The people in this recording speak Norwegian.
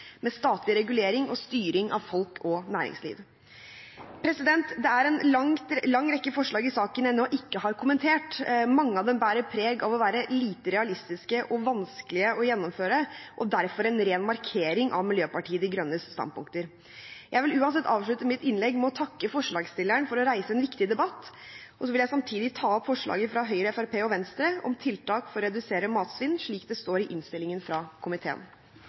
med statlig regulering og styring av folk og næringsliv. Det er en lang rekke forslag i saken jeg nå ikke har kommentert. Mange av dem bærer preg av å være lite realistiske og vanskelige å gjennomføre og derfor en ren markering av Miljøpartiet De Grønnes standpunkter. Jeg vil uansett avslutte mitt innlegg med å takke forslagsstilleren for å reise en viktig debatt, og jeg vil samtidig ta opp forslaget fra Høyre, Fremskrittspartiet og Venstre om tiltak for å redusere matsvinn slik det står i innstillingen fra komiteen.